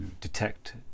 detect